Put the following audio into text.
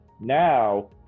now